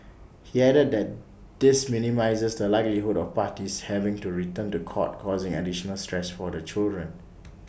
he added that this minimises the likelihood of parties having to return to court causing additional stress for the children